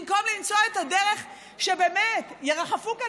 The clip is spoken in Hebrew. במקום למצוא את הדרך שבאמת ירחפו פה פיות,